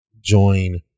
join